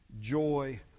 joy